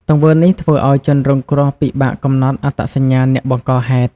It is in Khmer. ទង្វើនេះធ្វើឲ្យជនរងគ្រោះពិបាកកំណត់អត្តសញ្ញាណអ្នកបង្កហេតុ។